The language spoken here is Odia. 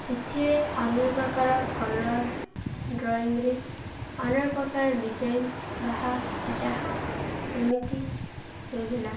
ସେଥିରେ ଅନେକ ପ୍ରକାର କଲର୍ ଡ୍ରଇଂରେ ଅନେକ ପ୍ରକାର ଡିଜାଇନ୍ ବାହା ଯାହା ଏମିତି ହେଉଥିଲା